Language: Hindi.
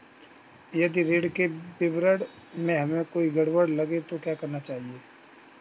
यदि ऋण के विवरण में हमें कोई गड़बड़ लगे तो क्या करना चाहिए?